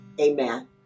amen